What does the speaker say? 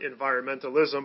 environmentalism